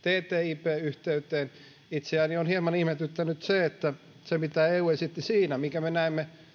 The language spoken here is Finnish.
ttipn yhteyteen itseäni on hieman ihmetyttänyt että se mitä eu esitti siinä ja minkä me näemme